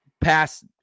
pass